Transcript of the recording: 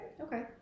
Okay